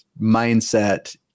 mindset